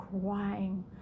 crying